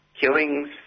killings